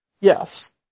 Yes